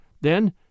Then